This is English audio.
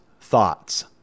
thoughts